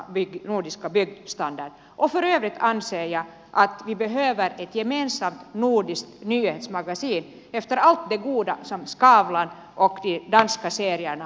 för övrigt anser jag att vi behöver ett gemensamt nordiskt nyhetsmagasin efter allt det goda som skavlan och de danska serierna har gjort